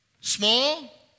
Small